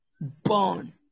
born